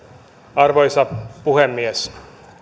arvoisa puhemies